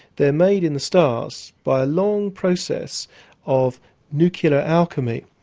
they're made in the stars by a long process of nuclear alchemy.